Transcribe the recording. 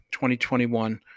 2021